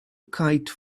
kite